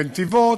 בנתיבות,